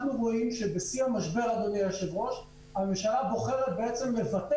אנחנו רואים שבשיא המשבר הממשלה בוחרת לוותר